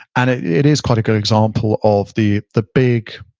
and it it is quite a good example of the the big,